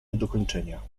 niedokończenia